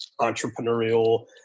entrepreneurial